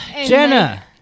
Jenna